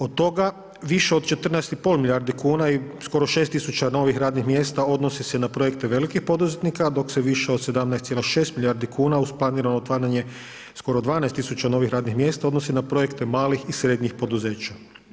Od toga više od 14 i pol milijardi kuna i skoro 6.000 novih radnih mjesta odnosi se na projekte velikih poduzetnika dok se više od 17,6 milijardi kuna uz planirano otvaranje skoro 12.000 novih radnih mjesta odnosi na projekte malih i srednjih poduzeća.